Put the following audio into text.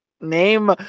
Name